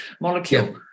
molecule